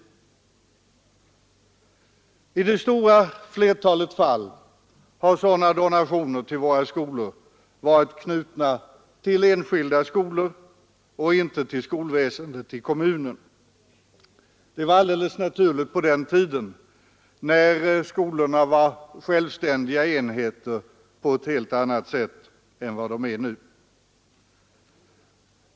I det stora flertalet fall har sådana donationer varit knutna till enskilda skolor och inte till skolväsendet i kommunen. Det var naturligt på den tiden då skolorna var självständiga enheter på ett helt annat sätt än nu.